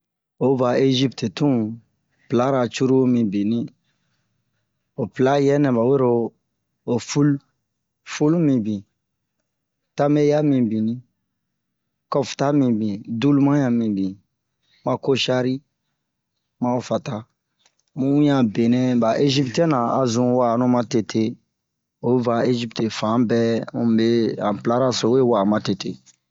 o va Ezipte tun pla-ra curulu mibinni ho pla yɛ nɛ ɓa wero ho ful ho ful mibin tameya mibinni kɔfta mibin dulema ɲan mibin ma koshari ma ho fata mu wiɲan a benɛ ɓa eziptiyɛn-na a zun wa'anu matete o va Ezipte fan bɛ ho mube han pla-ra so we wa'a matete